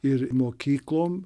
ir mokyklom